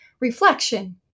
reflection